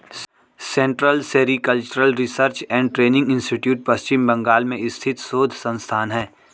central sericultural research and training institute Paschim Bangal में स्थित शोध संस्थान है